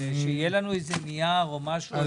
שיהיה לנו איזה נייר או משהו,